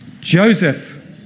Joseph